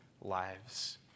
lives